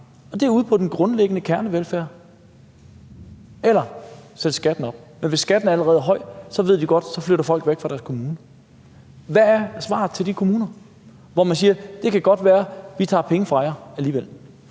og det er på den grundlæggende kernevelfærd, eller de kan sætte skatten op, men hvis skatten allerede er høj, ved de godt, at folk flytter væk fra deres kommune. Hvad er svaret til de kommuner, hvor man siger: Det kan godt være, at vi tager penge fra jer alligevel?